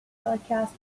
telecast